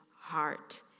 heart